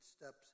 steps